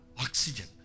oxygen